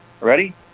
ready